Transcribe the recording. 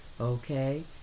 Okay